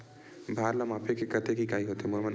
भार ला मापे के कतेक इकाई होथे?